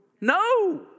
No